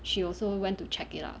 she also went to check it out